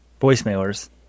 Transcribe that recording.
voicemailers